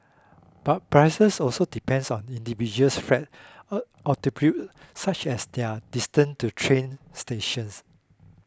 but prices also depends on individuals friend such as their distant to train stations